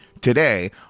today